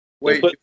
Wait